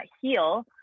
heal